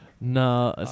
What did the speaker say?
no